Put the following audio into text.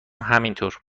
همینطور